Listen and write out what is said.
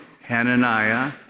Hananiah